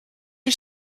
are